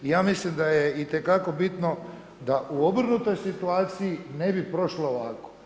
I ja mislim da je itekako bitno, da u obrnutoj situaciji ne bi prošlo ovako.